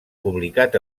publicat